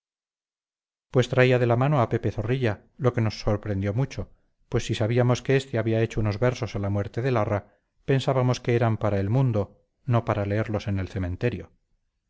pues traía de la mano a pepe zorrilla lo que nos sorprendió mucho pues si sabíamos que éste había hecho unos versos a la muerte de larra pensábamos que eran para el mundo no para leerlos en el cementerio